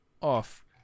off